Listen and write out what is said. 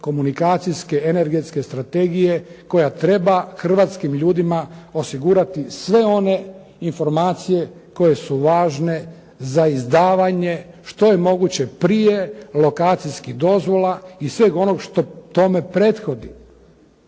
komunikacijske, energetske strategije koja treba hrvatskim ljudima osigurati sve one informacije koje su važne za izdavanje što je moguće prije lokacijskih dozvola i sveg onog što tome prethodi.